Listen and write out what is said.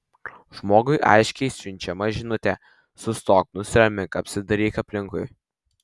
žmogui aiškiai siunčiama žinutė sustok nusiramink apsidairyk aplinkui